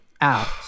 out